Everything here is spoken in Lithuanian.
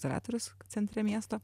izoliatorius centre miesto